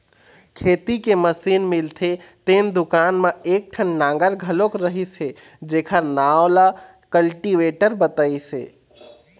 खेती के मसीन मिलथे तेन दुकान म एकठन नांगर घलोक रहिस हे जेखर नांव ल कल्टीवेटर बतइस हे